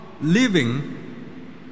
living